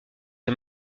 est